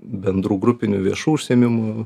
bendrų grupinių viešų užsiėmimų